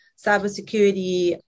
cybersecurity